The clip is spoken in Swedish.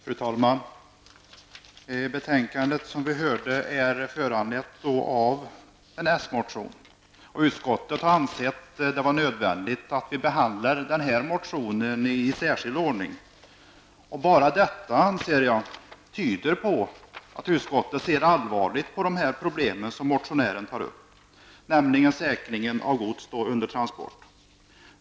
Fru talman! Betänkandet är, som vi hörde, föranlett av en s-motion. Utskottet har ansett det nödvändigt att behandla den motionen i särskild ordning. Bara det tyder, anser jag, på att utskottet ser allvarligt på de problem som motionären tar upp, nämligen säkringen av gods under transport.